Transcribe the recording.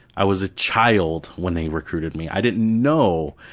i was a child when they recruited me, i didn't know.